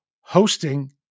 hosting